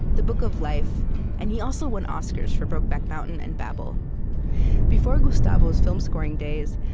the book of life and he also won oscars for brokeback mountain and babel before gustavo's film scoring days,